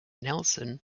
nelson